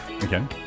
Again